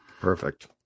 Perfect